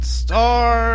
star